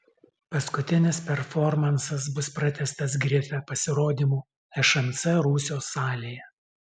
paskutinis performansas bus pratęstas grife pasirodymu šmc rūsio salėje